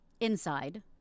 inside